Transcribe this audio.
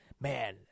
Man